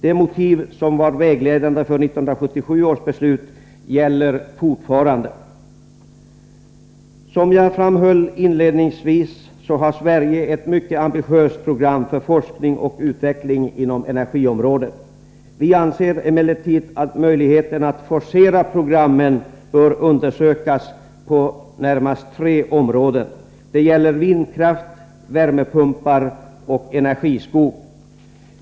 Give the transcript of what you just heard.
De motiv som var vägledande för 1977 års beslut gäller fortfarande. Som jag framhöll inledningsvis har Sverige ett mycket ambitiöst program för forskning och utveckling inom energiområdet. Vi anser emellertid att möjligheterna att forcera programmen bör undersökas på närmast tre områden. Det gäller vindkraft, värmepumpar och energiskog.